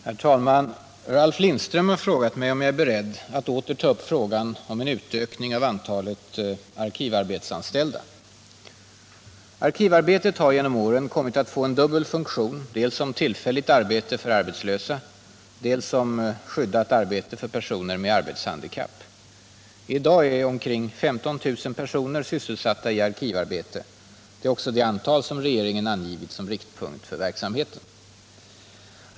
Herr talman! Ralf Lindström har frågat mig om jag är beredd att åter ta upp frågan om en utökning av antalet arkivarbetsanställda. Arkivarbetet har genom åren kommit att få en dubbel funktion, dels som tillfälligt arbete för arbetslösa, dels som skyddat arbete för personer med arbetshandikapp. I dag är ca 15 000 personer sysselsatta i arkivarbete; det är också det antal som regeringen angivit som riktpunkt för verksamheten.